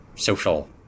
social